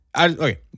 Okay